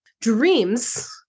Dreams